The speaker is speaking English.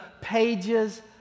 pages